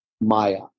Maya